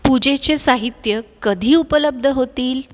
पूजेचे साहित्य कधी उपलब्ध होतील